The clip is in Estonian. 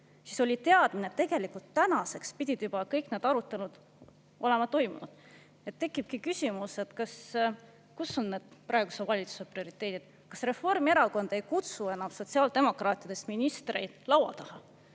siin, oli teadmine, et tegelikult tänaseks pidid juba kõik need arutelud olema toimunud. Tekibki küsimus, et kus on need praeguse valitsuse prioriteedid. Kas Reformierakond ei kutsu enam sotsiaaldemokraatidest ministreid laua taha?